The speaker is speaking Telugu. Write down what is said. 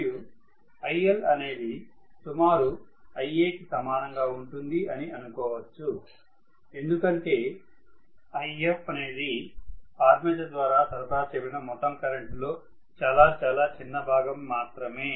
మరియు IL అనేది సుమారు Iaకి సమానంగా ఉంటుంది అని అనుకోవచ్చు ఎందుకంటే Ifఅనేది ఆర్మేచర్ ద్వారా సరఫరా చేయబడిన మొత్తం కరెంటు లో చాలా చాలా చిన్న భాగం మాత్రమే